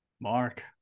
Mark